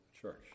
church